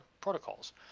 protocols